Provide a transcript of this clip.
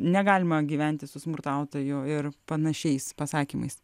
negalima gyventi su smurtautoju ir panašiais pasakymais